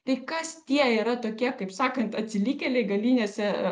tai kas tie yra tokie kaip sakant atsilikėliai galinėse